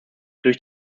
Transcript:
durch